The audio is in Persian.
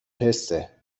حسه